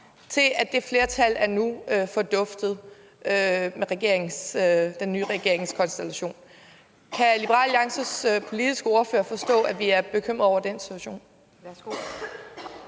til, at det flertal nu er forduftet med den nye regeringskonstellation. Kan Liberal Alliances politiske ordfører forstå, at vi er bekymrede over den situation?